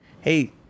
Hey